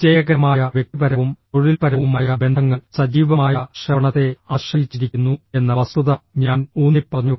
വിജയകരമായ വ്യക്തിപരവും തൊഴിൽപരവുമായ ബന്ധങ്ങൾ സജീവമായ ശ്രവണത്തെ ആശ്രയിച്ചിരിക്കുന്നു എന്ന വസ്തുത ഞാൻ ഊന്നിപ്പറഞ്ഞു